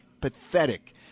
pathetic